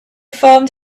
formed